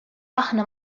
aħna